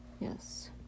Yes